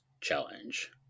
challenge